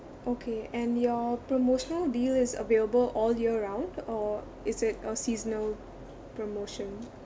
okay and your promotional deal is available all year round or is it a seasonal promotion